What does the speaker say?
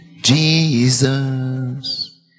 jesus